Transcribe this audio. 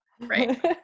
Right